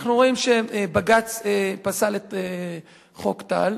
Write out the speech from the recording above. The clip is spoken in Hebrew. ואנחנו רואים שבג"ץ פסל את חוק טל,